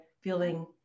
feeling